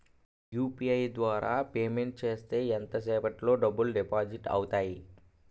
UPI ద్వారా payment చేస్తే ఎంత సేపటిలో డబ్బులు డిపాజిట్ అవుతాయి?